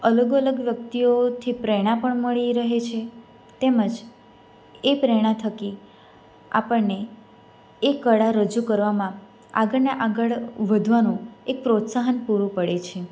અલગ અલગ વ્યક્તિઓથી પ્રેરણા પણ મળી રહે છે તેમજ એ પ્રેરણા થકી આપણને એ કળા રજૂ કરવામાં આગળના આગળ ને આગળ વધવાનું એક પ્રોત્સાહન પૂરું પડે છે